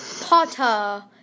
Potter